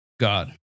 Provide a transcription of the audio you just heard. God